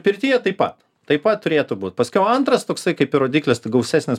pirtyje taip pat taip pat turėtų būt paskiau antras toksai kaip ir rodiklis tai gausesnis